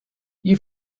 you